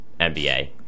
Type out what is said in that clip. NBA